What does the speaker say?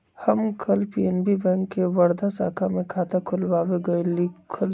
हम कल PNB bank के वर्धा शाखा में खाता खुलवावे गय लीक हल